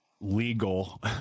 Legal